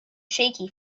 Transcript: shaky